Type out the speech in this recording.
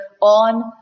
on